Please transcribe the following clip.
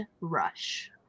Rush